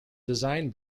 design